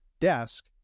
desk